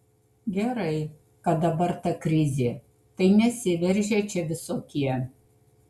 gerai kad dabar ta krizė tai nesiveržia čia visokie